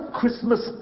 Christmas